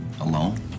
alone